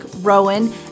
Rowan